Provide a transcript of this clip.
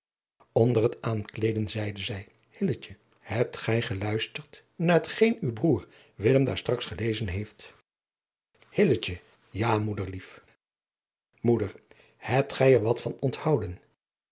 onder het aankleeden zeide zij hilletje hebt gij geluisterd naar het geen uw broêr willem daar straks gelezen heeft hill ja moederlief moeder hebt gij er wat van onthouden